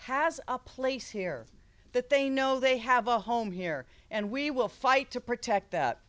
has a place here that they know they have a home here and we will fight to protect that